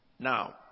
Now